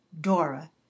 Dora